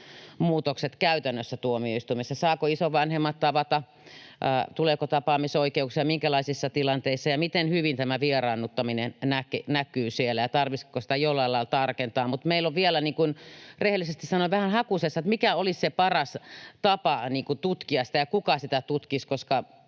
onnistuneet käytännössä tuomioistuimissa — saavatko isovanhemmat tavata, tuleeko tapaamisoikeuksia, minkälaisissa tilanteissa ja miten hyvin tämä vieraannuttaminen näkyy siellä ja tarvitsisiko sitä jollain lailla tarkentaa. Mutta meillä on vielä rehellisesti sanoen vähän hakusessa, mikä olisi se paras tapa tutkia sitä ja kuka sitä tutkisi,